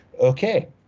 okay